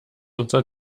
unser